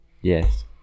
Yes